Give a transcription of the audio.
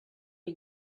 are